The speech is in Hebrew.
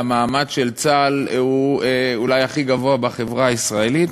והמעמד של צה"ל הוא אולי הכי גבוה בחברה הישראלית,